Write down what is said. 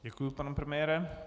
Děkuji, pane premiére.